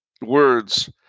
words